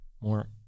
more